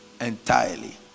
entirely